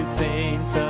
saints